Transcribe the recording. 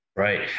Right